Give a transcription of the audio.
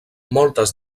moltes